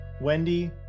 Wendy